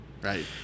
Right